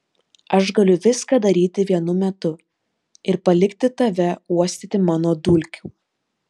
aš galiu viską daryti vienu metu ir palikti tave uostyti mano dulkių